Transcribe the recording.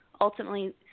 ultimately